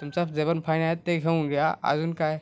तुमचा जे पण फाईन आहे ते घेऊन घ्या अजून काय